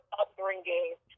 upbringing